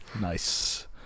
Nice